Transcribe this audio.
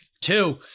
two